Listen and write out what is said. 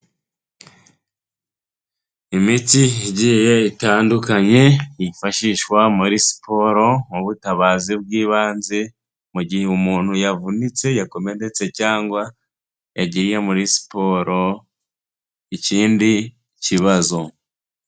Imiti igiye itandukanye yifashishwa muri siporo, mu butabazi bw'ibanze, mu gihe umuntu yavunitse, yakomeretse cyangwa yagiye muri siporo, ikindi kibazo.